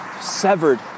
severed